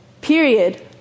Period